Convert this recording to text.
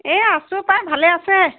এই আছোঁ পাই ভালে আছে